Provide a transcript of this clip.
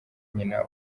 nyina